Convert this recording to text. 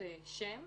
שמו